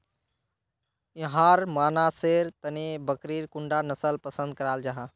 याहर मानसेर तने बकरीर कुंडा नसल पसंद कराल जाहा?